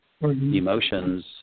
emotions